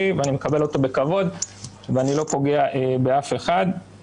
ואני מקבל אותו בכבוד ואני לא פוגע באף אחד.